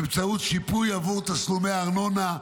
באמצעות שיפוי עבור תשלומי הארנונה,